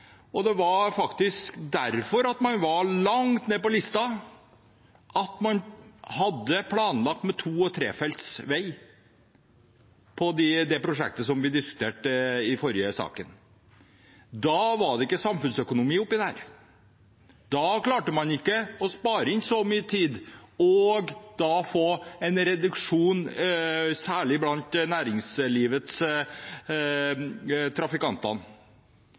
at man var langt nede på listen, var at man i prosjektet vi diskuterte i forrige sak, hadde planlagt med to- og trefelts vei. Da var det ikke samfunnsøkonomi i det. Da klarte man ikke å spare inn så mye tid og få en reduksjon, særlig blant næringslivets